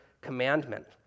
commandment